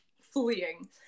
fleeing